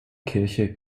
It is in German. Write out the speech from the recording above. kirche